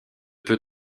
peut